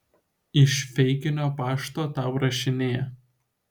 iš feikinio pašto tau rašinėja